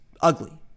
ugly